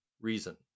reason